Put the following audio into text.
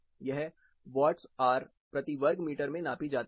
यह वाट्स आर प्रति वर्ग मीटर में नापी जाती है